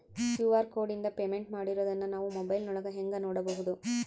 QR ಕೋಡಿಂದ payment ಮಾಡಿರೋದನ್ನ ನಾವು ಮೊಬೈಲಿನೊಳಗ ಹೆಂಗ ನೋಡಬಹುದು?